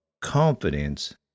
confidence